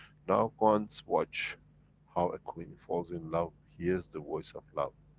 now go and watch how a queen falls in love, hears the voice of love.